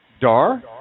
Dar